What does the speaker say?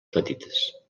petites